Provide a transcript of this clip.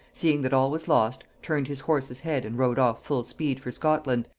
seeing that all was lost, turned his horse's head and rode off full speed for scotland,